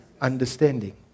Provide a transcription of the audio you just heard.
understanding